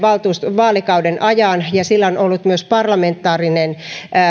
vaalikauden ajan ja sillä on ollut myös parlamentaarinen